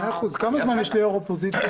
כמה זמן יש ליו"ר האופוזיציה?